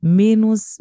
menos